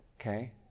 okay